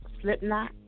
Slipknot